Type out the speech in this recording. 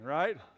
right